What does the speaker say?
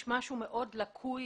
יש משהו מאוד לקוי